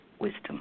wisdom